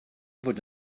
fod